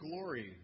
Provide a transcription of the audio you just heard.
glory